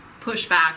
pushback